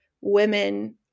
women